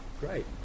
Great